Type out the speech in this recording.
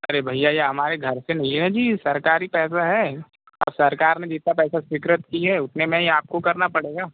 अरे भैया यह हमारे घर से नहीं है जी सरकारी पैसा है अब सरकार ने जितना पैसा स्वीकृत किए उतने में ही आपको करना पड़ेगा